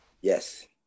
Yes